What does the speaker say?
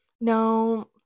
No